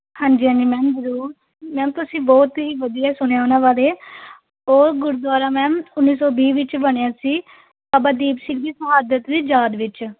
ਹਾਂਜੀ ਹਾਂਜੀ ਮੈਮ ਜ਼ਰੂਰ ਮੈਮ ਤੁਸੀਂ ਬਹੁਤ ਹੀ ਵਧੀਆ ਸੁਣਿਆ ਉਹਨਾਂ ਬਾਰੇ ਉਹ ਗੁਰਦੁਆਰਾ ਮੈਮ ਉੱਨੀ ਸੌ ਵੀਹ ਵਿਚ ਬਣਿਆ ਸੀ ਬਾਬਾ ਦੀਪ ਸਿੰਘ ਦੀ ਸ਼ਹਾਦਤ ਦੀ ਯਾਦ ਵਿਚ